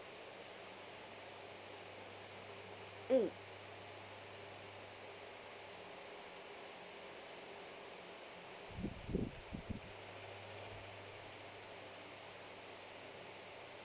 mm